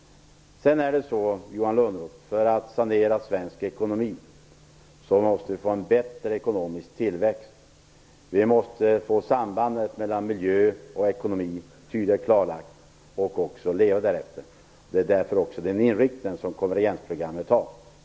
För att sanera svensk ekonomi måste vi få en bättre ekonomisk tillväxt. Vi måste få sambandet mellan miljö och ekonomi tydligt klarlagt och också leva därefter. Konvergensprogrammet har den inriktningen.